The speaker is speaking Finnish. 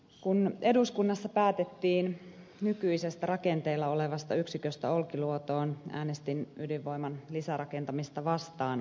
kun eduskunnassa päätettiin nykyisestä rakenteilla olevasta yksiköstä olkiluotoon äänestin ydinvoiman lisärakentamista vastaan